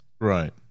Right